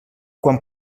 quan